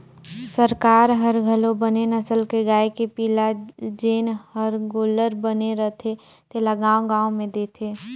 सरकार हर घलो बने नसल के गाय के पिला जेन हर गोल्लर बने रथे तेला गाँव गाँव में देथे